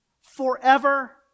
forever